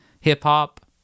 hip-hop